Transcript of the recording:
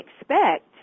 expect